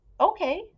okay